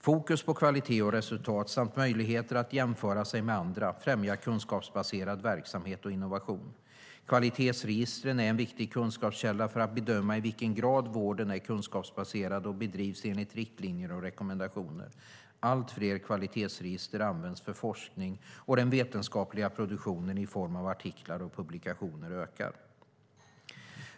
Fokus på kvalitet och resultat samt möjligheter att jämföra sig med andra främjar kunskapsbaserad verksamhet och innovation. Kvalitetsregistren är en viktig kunskapskälla för att bedöma i vilken grad vården är kunskapsbaserad och bedrivs enligt riktlinjer och rekommendationer. Allt fler kvalitetsregister används för forskning, och den vetenskapliga produktionen i form av artiklar och publikationer ökar.